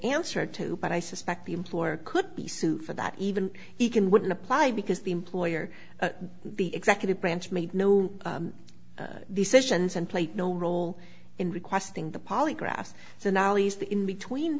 answer to but i suspect the employer could be sued for that even he can wouldn't apply because the employer the executive branch made no decisions and played no role in requesting the polygraph so now he's the in between